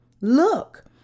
Look